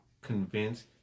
convinced